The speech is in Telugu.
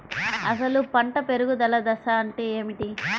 అసలు పంట పెరుగుదల దశ అంటే ఏమిటి?